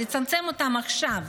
ולצמצם אותם עכשיו.